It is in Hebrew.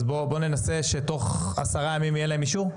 אז בואו ננסה שתוך עשרה ימים יהיה להם אישור?